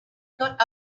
got